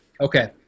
Okay